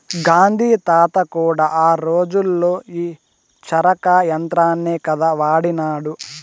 గాంధీ తాత కూడా ఆ రోజుల్లో ఈ చరకా యంత్రాన్నే కదా వాడినాడు